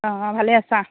অঁ ভালে আছা